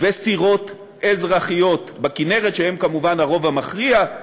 וסירות אזרחיות בכינרת, שהן כמובן הרוב המכריע,